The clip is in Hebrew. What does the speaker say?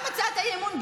גם הצעת האי-אמון,